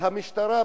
אז המשטרה,